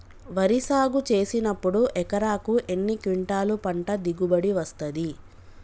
వరి సాగు చేసినప్పుడు ఎకరాకు ఎన్ని క్వింటాలు పంట దిగుబడి వస్తది?